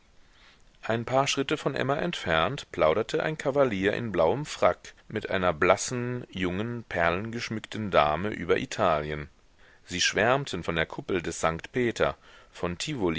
ein paar schritte von emma entfernt plauderte ein kavalier in blauem frack mit einer blassen jungen perlengeschmückten dame über italien sie schwärmten von der kuppel des sankt peter von